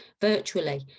virtually